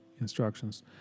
instructions